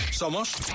Somos